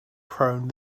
prone